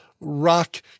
rock